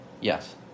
Yes